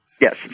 Yes